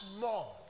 more